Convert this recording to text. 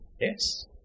Yes